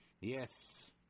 Yes